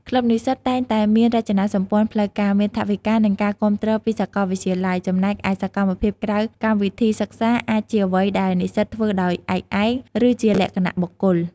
ក្លឹបនិស្សិតតែងតែមានរចនាសម្ព័ន្ធផ្លូវការ មានថវិកា និងការគាំទ្រពីសាកលវិទ្យាល័យ ចំណែកឯសកម្មភាពក្រៅកម្មវិធីសិក្សាអាចជាអ្វីដែលនិស្សិតធ្វើដោយឯកឯង ឬជាលក្ខណៈបុគ្គល។